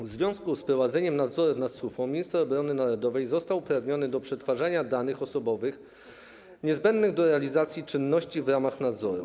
W związku z prowadzeniem nadzoru nad SUFO minister obrony narodowej został uprawniony do przetwarzania danych osobowych niezbędnych do realizacji czynności w ramach nadzoru.